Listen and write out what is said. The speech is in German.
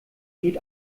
geht